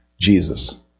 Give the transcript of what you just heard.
Jesus